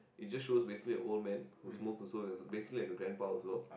it just shows basically an old man who smokes also it was basically like a grandpa also